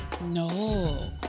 No